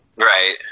Right